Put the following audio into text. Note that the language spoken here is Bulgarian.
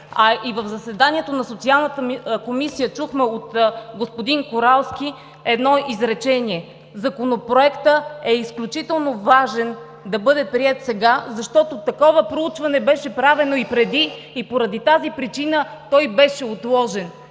В заседанието на Социалната комисия чухме от господин Коралски едно изречение: „Законопроектът е изключително важно да бъде приет сега, защото такова проучване беше правено и преди и поради тази причина той беше отложен“.